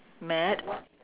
mad